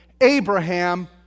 Abraham